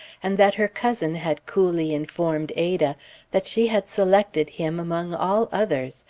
and that her cousin had coolly informed ada that she had selected him among all others,